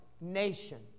nation